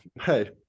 hey